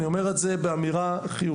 אני אומר את זה באמירה חיובית,